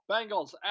Bengals